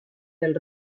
del